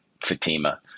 Fatima